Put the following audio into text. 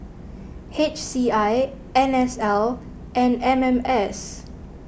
H C I N S L and M M S